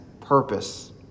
purpose